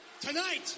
Tonight